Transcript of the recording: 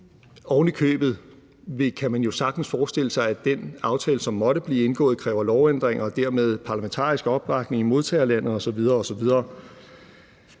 ovenikøbet sagtens forestille sig, at den aftale, som måtte blive indgået, kræver lovændringer og dermed en parlamentarisk opbakning i modtagerlandet osv.